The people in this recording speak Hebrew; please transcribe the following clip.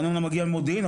מרעננה מגיעים למודיעין,